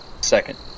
Second